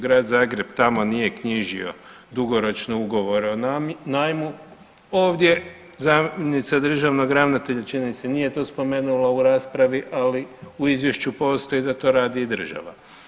Grad Zagreb tamo nije knjižio dugoročne ugovore o najmu, ovdje zamjenica državnog ravnatelja, čini mi se nije to spomenula u raspravi, ali u izvješću postoji da to radi i država.